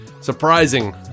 surprising